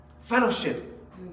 Fellowship